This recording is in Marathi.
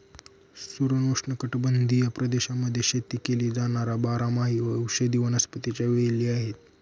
सुरण उष्णकटिबंधीय प्रदेशांमध्ये शेती केली जाणार बारमाही औषधी वनस्पतीच्या वेली आहे